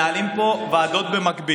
עד כדי כך שמנהלים פה ועדות במקביל,